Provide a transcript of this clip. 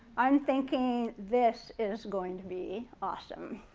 i'm thinking this is going to be awesome.